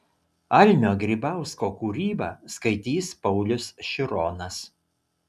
almio grybausko kūrybą skaitys paulius šironas